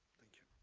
thank you.